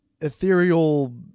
ethereal